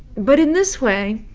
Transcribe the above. but in this way,